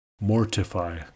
Mortify